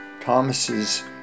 Thomas's